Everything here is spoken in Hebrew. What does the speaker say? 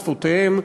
בשפותיהם.